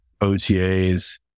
OTAs